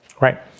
Right